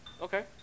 Okay